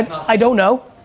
i don't know.